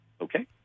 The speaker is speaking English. Okay